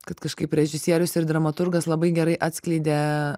kad kažkaip režisierius ir dramaturgas labai gerai atskleidė